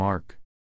mark